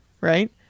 right